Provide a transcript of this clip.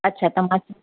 अच्छा त मन